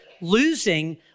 losing